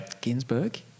Ginsburg